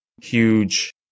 Huge